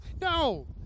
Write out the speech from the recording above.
No